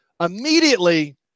immediately